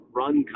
run